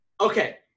Okay